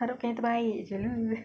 I don't care terbaik jer